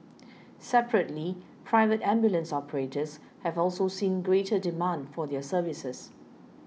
separately private ambulance operators have also seen greater demand for their services